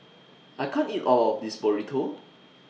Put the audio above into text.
I can't eat All of This Burrito